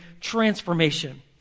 transformation